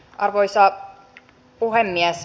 arvoisa puhemies